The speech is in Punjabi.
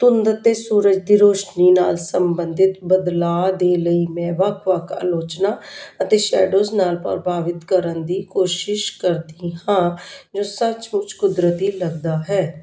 ਧੁੰਦ ਅਤੇ ਸੂਰਜ ਦੀ ਰੋਸ਼ਨੀ ਨਾਲ ਸੰਬੰਧਿਤ ਬਦਲਾਅ ਦੇ ਲਈ ਮੈਂ ਵੱਖ ਵੱਖ ਆਲੋਚਨਾ ਅਤੇ ਸ਼ੈਡੋਜ ਨਾਲ ਪ੍ਰਭਾਵਿਤ ਕਰਨ ਦੀ ਕੋਸ਼ਿਸ਼ ਕਰਦੀ ਹਾਂ ਜੋ ਸੱਚਮੁੱਚ ਕੁਦਰਤੀ ਲੱਗਦਾ ਹੈ